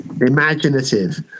imaginative